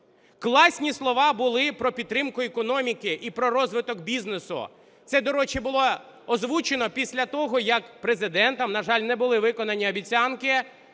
Класні слова були про підтримку економіки і про розвиток бізнесу. Це, до речі, було озвучено після того, як Президентом, на жаль, не були виконані обіцянки